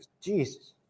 Jesus